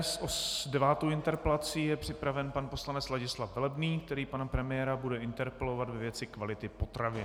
S devátou interpelací je připraven pan poslanec Ladislav Velebný, který pana premiéra bude interpelovat ve věci kvality potravin.